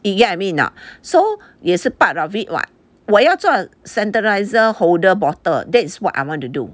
get what I mean or not so 也是 part of it [what] 我要做 sanitiser holder bottle that's what I wanted to do